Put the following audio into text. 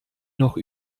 noch